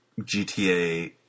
GTA